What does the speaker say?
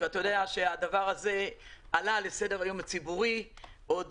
אתה יודע שהדבר הזה עלה לסדר היום הציבורי עוד